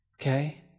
okay